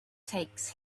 takes